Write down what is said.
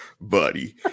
buddy